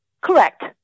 Correct